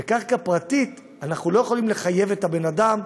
בקרקע פרטית אנחנו לא יכולים לחייב את הבן אדם,